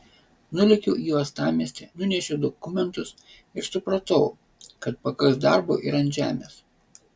nulėkiau į uostamiestį nunešiau dokumentus ir supratau kad pakaks darbo ir ant žemės